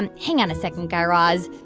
and hang on a second, guy raz.